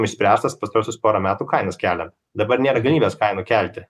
nuspręstas pastaruosius porą metų kainas keliant dabar nėra galimybės kainų kelti